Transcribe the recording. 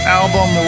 album